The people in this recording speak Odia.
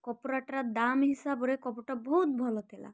କପଡ଼ାଟା ଦାମ୍ ହିସାବରେ କପଡ଼ଟା ବହୁତ ଭଲ ଥିଲା